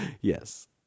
Yes